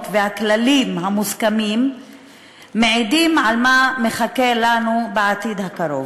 והכללים המוסכמים מעיד על מה שמחכה לנו בעתיד הקרוב.